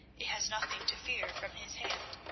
it has nothing to fear from his hand.